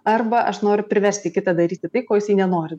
arba aš noriu priversti kitą daryti tai ko jisai nenori